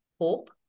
hope